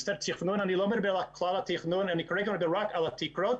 בתכנון אני לא מדבר על כל התכנון אני כרגע מדבר רק על התקרות